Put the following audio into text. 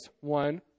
one